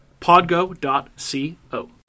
Podgo.co